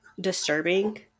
disturbing